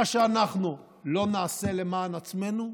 מה שאנחנו לא נעשה למען עצמנו,